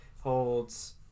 holds